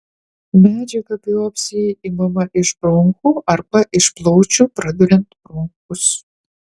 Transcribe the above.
medžiaga biopsijai imama iš bronchų arba iš plaučių praduriant bronchus